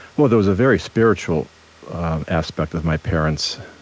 well, there was a very spiritual aspect of my parents,